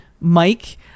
Mike